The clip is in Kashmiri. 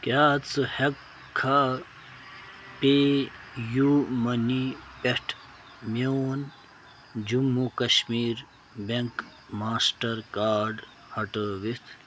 کیٛاہ ژٕ ہٮ۪کہٕ کھا پے یوٗ مٔنی پٮ۪ٹھ میون Jammu Kashmir bank master card ہٹٲوِتھ